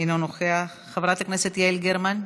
אינו נוכח, חברת הכנסת יעל גרמן,